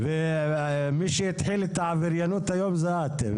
ומי שהתחיל היום את העבריינות זו את,